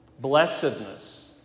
blessedness